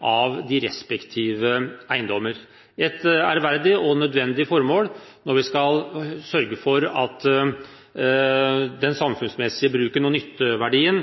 av de respektive eiendommer – et ærverdig og nødvendig formål når vi skal sørge for at den samfunnsmessige bruken og nytteverdien i